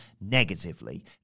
negatively